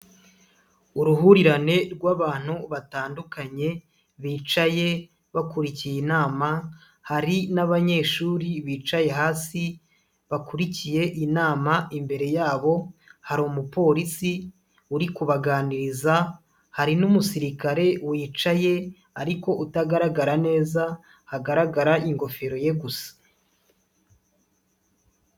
Uruhurirane rwabantu batandukanye bicaye bakurikiye inama, hari nabanyeshuri bicaye hasi bakurikiye inama imbere yabo hari umupolisi uri kubaganiriza, hari n'umusirikare wicaye ariko utagaragara neza, hagaragara ingofero ye gusa.